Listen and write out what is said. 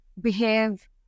behave